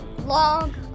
Long